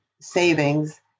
savings